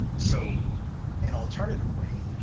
so an alternative way